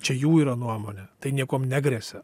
čia jų yra nuomonė tai niekuom negresia